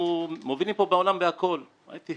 אנחנו מובילים בעולם בכל התחומים,